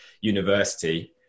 university